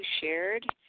shared